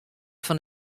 fan